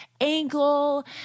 ankle